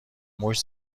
موش